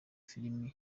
filime